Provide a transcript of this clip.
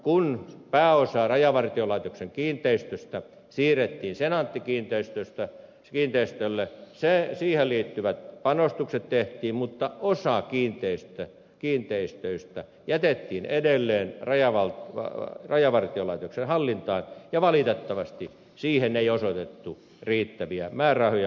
kun pääosa rajavartiolaitoksen kiinteistöistä siirrettiin senaatti kiinteistöille siihen liittyvät panostukset tehtiin mutta osa kiinteistöistä jätettiin edelleen rajavartiolaitoksen hallintaan ja valitettavasti siihen ei osoitettu riittäviä määrärahoja